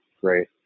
great